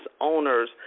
owners